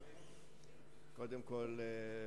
קודם כול,